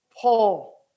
Paul